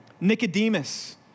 Nicodemus